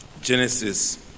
Genesis